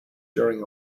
during